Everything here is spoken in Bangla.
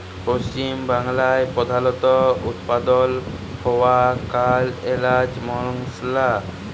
পশ্চিম বাংলায় প্রধালত উৎপাদল হ্য়ওয়া কাল এলাচ মসলা